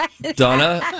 Donna